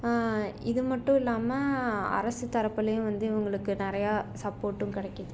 இது மட்டும் இல்லாமல் அரசு தரப்புலேயும் வந்து இவங்களுக்கு நிறையா சப்போட்டும் கிடைக்கிது